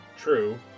True